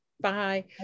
Bye